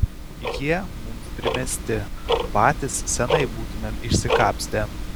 jie mums primesti patys seniai būtumėm išsikapstę